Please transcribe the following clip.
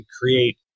create